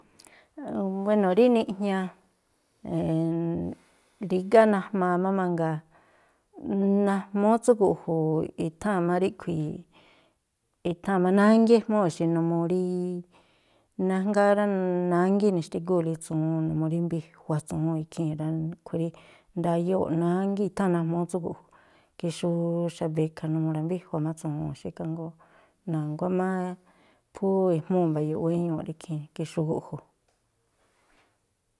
Buéno̱, rí niꞌjña, rígá najmaa má mangaa, najmúú tsú gu̱ꞌju̱ i̱tháa̱n má ríꞌkhui̱, i̱tháa̱n má nángí ejmúu̱ xí numuu rí nájngáá rá, nángí ini̱xtígúu̱le tsu̱wuu̱n numuu rí mbijua̱ tsu̱wuu̱n ikhii̱n rá, a̱ꞌkhui̱ rí ndayóo̱ꞌ nángí, i̱tháa̱n najmúú tsú gu̱ꞌju̱, kexú xa̱bekha numuu ra̱mbíjua̱ má tsu̱wuu̱n xi, ikhaa jngóó, na̱nguá má phú ejmúu̱ mba̱yu̱u̱ꞌ wéñuuꞌ rí ikhii̱n kexú gu̱ꞌju̱.